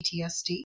PTSD